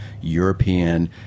European